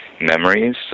memories